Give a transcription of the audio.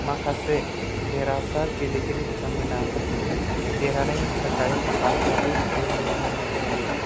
माखासे देरहासार गेलेगिरि बिथांमोना देरहानायनि थाखाय बान्थाबो बिथांमोननो होनाय जायो